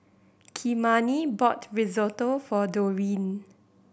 Kymani bought Risotto for Dorine